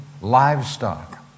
livestock